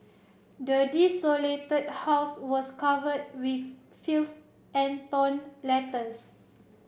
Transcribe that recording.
the desolated house was covered with filth and torn letters